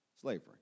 Slavery